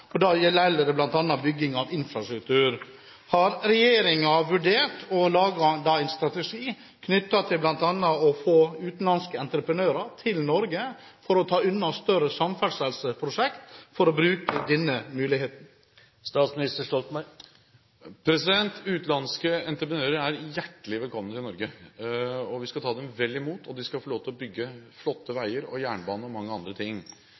gjelder bl.a. bygging av infrastruktur. Har regjeringen vurdert å lage en strategi knyttet til bl.a. å få utenlandske entreprenører til Norge for å ta unna større samferdselsprosjekt og bruke denne muligheten? Utenlandske entreprenører er hjertelig velkommen til Norge, og vi skal ta dem vel imot. De skal få lov til å bygge flotte veier og jernbane og mange andre ting.